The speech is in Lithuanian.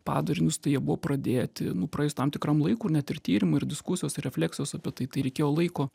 padarinius tai jie buvo pradėti nu praėjus tam tikram laikui net ir tyrimai ir diskusijos refleksijos apie tai tai reikėjo laiko